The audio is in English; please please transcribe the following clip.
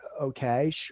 Okay